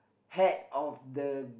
hat of the